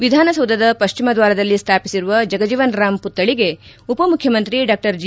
ವಿಧಾನಸೌಧದ ಪಶ್ಚಿಮ ದ್ವಾರದಲ್ಲಿ ಸ್ವಾಪಿಸಿರುವ ಜಗಜೀವನ್ ರಾಮ್ ಪುತ್ವಳಿಗೆ ಉಪಮುಖ್ಚಮಂತ್ರಿ ಡಾ ಜಿ